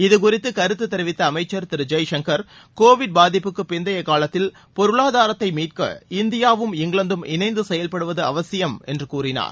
இதுகுறித்து கருத்து தெரிவித்த அமைச்சர் திரு ஜெய்சங்கர் கோவிட் பாதிப்புக்கு பிந்தைய காலத்தில் பொருளாதாரத்தை மீட்க இந்தியாவும் இங்கிலாந்தும் இணைந்து செயல்படுவது அவசியம் என்று கூறினார்